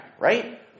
right